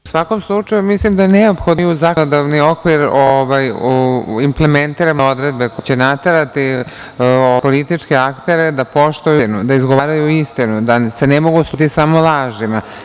U svakom slučaju mislim da je neophodno da mi u zakonodavni okvir implementiramo određene odredbe koje će naterati političke aktere da poštuju istinu, da izgovaraju istinu, da se ne mogu služiti samo lažima.